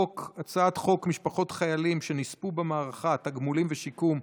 הצעת חוק משפחות חיילים שנספו במערכה (תגמולים ושיקום)